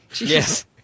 yes